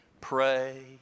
pray